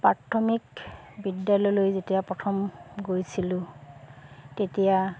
প্ৰাথমিক বিদ্যালয়লৈ যেতিয়া প্ৰথম গৈছিলোঁ তেতিয়া